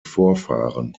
vorfahren